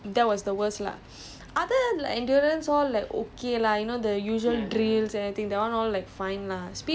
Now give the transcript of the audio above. and then like it was it was just so difficult I don't know why I struggled so much with this but for me that was the worst lah other